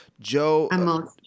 Joe